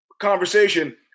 conversation